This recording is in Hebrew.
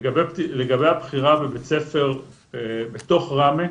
לגבי הבחירה בבית ספר בתוך ראמה,